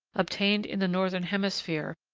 obtained in the northern hemisphere,